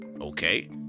Okay